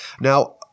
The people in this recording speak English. Now